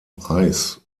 eis